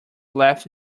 left